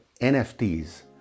NFTs